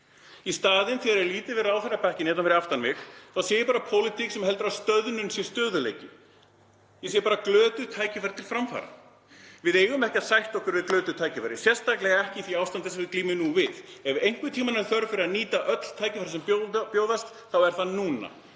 Í staðinn þegar ég lít yfir ráðherrabekkina hér fyrir aftan mig sé ég bara pólitík sem heldur að stöðnun sé stöðugleiki. Ég sé bara glötuð tækifæri til framfara. Við eigum ekki að sætta okkur við glötuð tækifæri, sérstaklega ekki í því ástandi sem við glímum nú við. Ef einhvern tímann er þörf fyrir að nýta öll tækifæri sem bjóðast er það núna.